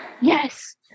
Yes